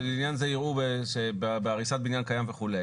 לעניין זה יראו בהריסת בניין קיים וכו'.